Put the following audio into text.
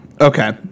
Okay